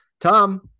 Tom